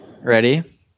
Ready